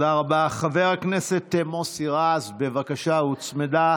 חבר הכנסת מוסי רז, בבקשה, הוצמדה